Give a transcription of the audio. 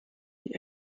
die